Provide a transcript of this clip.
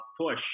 push